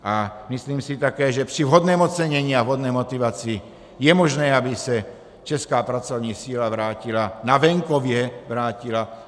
A myslím si také, že při vhodném ocenění a vhodné motivaci je možné, aby se česká pracovní síla na venkově vrátila.